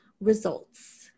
results